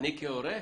אני כהורה,